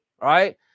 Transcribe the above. right